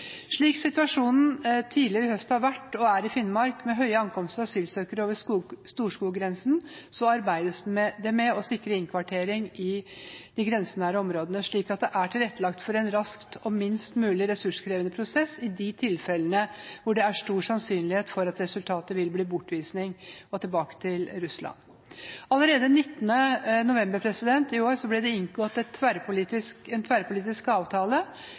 Slik situasjonen tidligere i høst har vært, og slik den er, i Finnmark, med høye ankomster av asylsøkere over Storskog-grensen, arbeides det med å sikre innkvartering i de grensenære områdene, slik at det er tilrettelagt for en rask og minst mulig ressurskrevende prosess i de tilfellene hvor det er stor sannsynlighet for at resultatet vil bli bortvisning – tilbake til Russland. Allerede 19. november i år ble det inngått en tverrpolitisk avtale